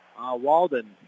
Walden